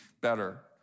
better